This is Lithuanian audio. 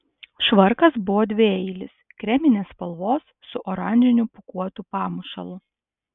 švarkas buvo dvieilis kreminės spalvos su oranžiniu pūkuotu pamušalu